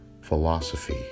philosophy